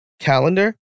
calendar